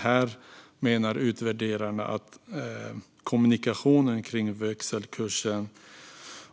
Här menar utvärderarna att kommunikationen kring växelkursen